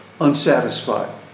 unsatisfied